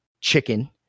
chicken